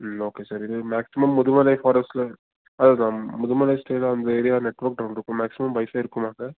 okay sir இது maximum Mudumalai ஃபாரஸ்ட்டில் அதுதான் முதுமலை ஸ்டேவில் அந்த ஏரியா நெட்ஒர்க்ருக்குமா மேக்ஸிமம் ஒய்பை இருக்குமா சார்